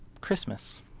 christmas